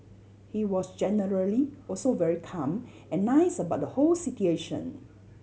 he was generally also very calm and nice about the whole situation